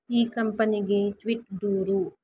ಈ ಕಂಪನಿಗೆ ಟ್ವಿಟ್ ದೂರು